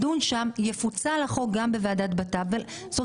יפוצל החוק גם בוועדת ביטחון פנים.